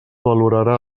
valorarà